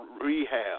rehab